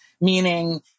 meaning